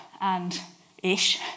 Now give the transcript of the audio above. and-ish